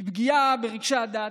פגיעה ברגשי דת,